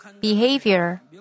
behavior